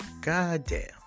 Goddamn